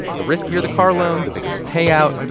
the riskier the car loan, the bigger the payout,